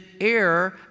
air